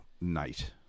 night